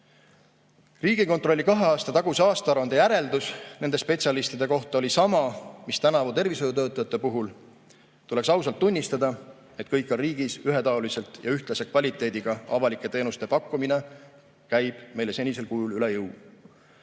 Riigikontrolli kahe aasta taguse aastaaruande järeldus nende spetsialistide kohta oli sama mis tänavu tervishoiutöötajate puhul: tuleks ausalt tunnistada, et kõikjal riigis ühetaoliselt ja ühtlase kvaliteediga avalike teenuste pakkumine käib meile senisel kujul üle jõu.